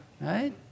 Right